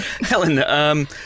Helen